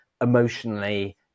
emotionally